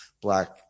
black